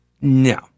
no